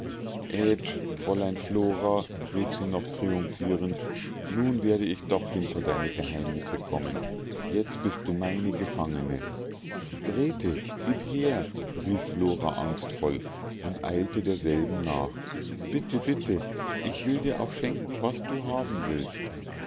fräulein flora rief sie noch triumphierend nun werde ich doch hinter deine geheimnisse kommen jetzt bist du meine gefangene grete gieb her rief flora angstvoll und eilte derselben nach bitte bitte ich will dir auch schenken was du haben willst